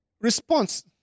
response